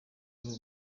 rwo